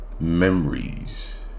memories